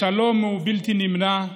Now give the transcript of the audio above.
השלום הוא בלתי נמנע,